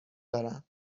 دارن